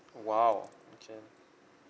!wow! okay